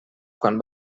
quan